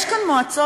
יש כאן מועצות,